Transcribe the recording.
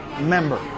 member